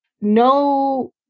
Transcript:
no